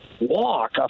walk